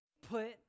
put